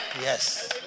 Yes